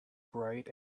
bright